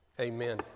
amen